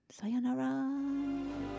sayonara